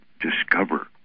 discover